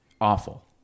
awful